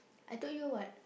I told you [what]